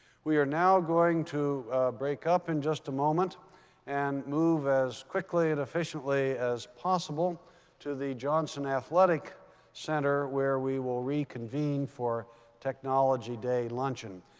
we are now going to break up in just a moment and move as quickly and efficiently as possible to the johnson athletic center, where we will reconvene for technology day luncheon.